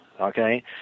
okay